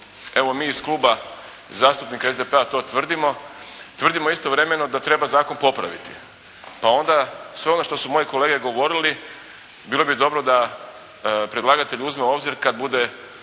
evo mi iz Kluba zastupnika SDP-a to tvrdimo. Tvrdimo istovremeno da treba zakon popraviti, pa onda sve ono što su moji kolege govorili bilo bi dobro da predlagatelj uzme u obzir kad bude,